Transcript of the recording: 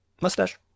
Mustache